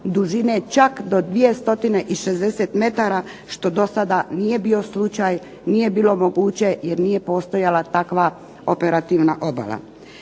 dužine čak do 2 stotine i 60 metara što do sada nije bio slučaj, nije bilo moguće, jer nije postojala takva operativna obala.